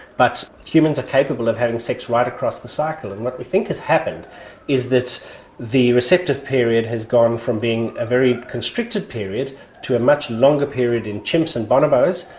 but humans are capable of having sex right across the cycle. and what we think has happened is that the receptive period has gone from being a very constricted period to a much longer period in chimps and bonobos,